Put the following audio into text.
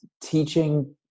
teaching